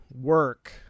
work